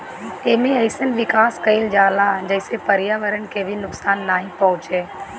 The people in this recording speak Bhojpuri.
एमे अइसन विकास कईल जाला जेसे पर्यावरण के भी नुकसान नाइ पहुंचे